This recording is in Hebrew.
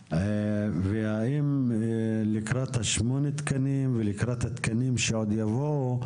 האם לקראת שמונה התקנים ולקראת התקנים שעוד יבואו,